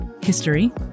history